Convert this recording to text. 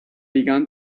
began